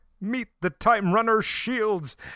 Meet-the-Time-Runner-Shields